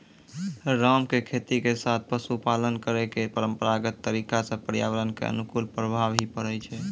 राम के खेती के साथॅ पशुपालन करै के परंपरागत तरीका स पर्यावरण कॅ अनुकूल प्रभाव हीं पड़ै छै